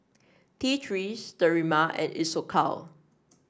T Three Sterimar and Isocal